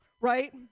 right